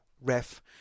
ref